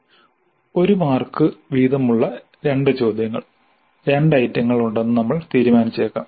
1 mark വീതം ഉള്ള രണ്ട് ചോദ്യങ്ങൾ രണ്ട് ഐറ്റങ്ങൾ ഉണ്ടെന്ന് നമ്മൾ തീരുമാനിച്ചേക്കാം